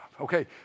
Okay